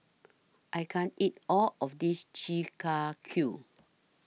I can't eat All of This Chi Kak Kuih